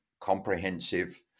comprehensive